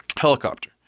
helicopter